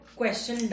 question